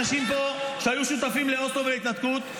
אנשים פה שהיו שותפים לאוסלו ולהתנתקות,